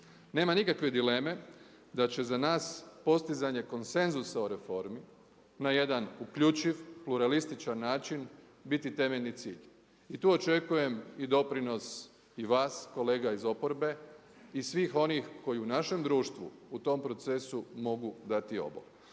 Nema nikakve dileme da će za nas postizanje konsenzusa o reformi na jedan uključiv pluralističan način biti temeljni cilj. I tu očekujem i doprinos i vas kolega iz oporbe i svih onih koji u našem društvu u tom procesu mogu dati obol.